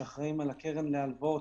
שאחראיים על הקרן להלוואות,